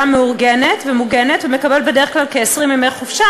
מאורגנת ומוגנת ומקבל בדרך כלל כ-20 ימי חופשה,